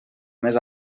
més